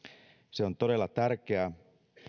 se on todella tärkeää